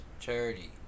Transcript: charity